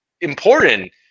important